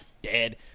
dead